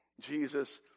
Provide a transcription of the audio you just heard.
Jesus